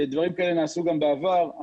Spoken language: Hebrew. דברים כאלה נעשו גם בעבר.